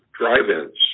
drive-ins